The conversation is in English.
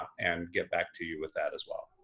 and get back to you with that as well.